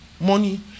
money